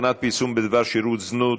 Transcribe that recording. הכנת פרסום בדבר שירותי זנות),